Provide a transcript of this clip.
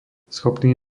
schopný